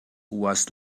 was